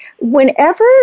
whenever